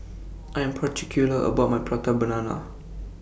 I Am particular about My Prata Banana